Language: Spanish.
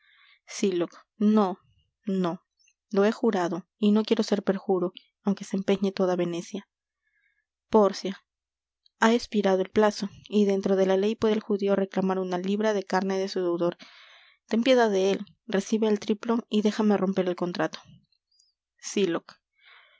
sylock no no lo he jurado y no quiero ser perjuro aunque se empeñe toda venecia pórcia ha espirado el plazo y dentro de la ley puede el judío reclamar una libra de carne de su deudor ten piedad de él recibe el triplo y déjame romper el contrato sylock